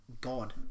God